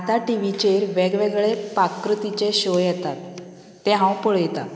आतां टिवीचेर वेगवेगळे पाककृतीचे शो येतात ते हांव पळयता